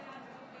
החלטת ועדת